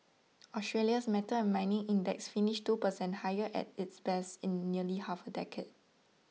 Australia's metals and mining index finished two per cent higher at its best in nearly half a decade